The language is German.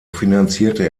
finanzierte